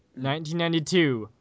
1992